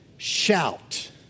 Shout